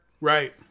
right